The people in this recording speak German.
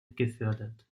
gefördert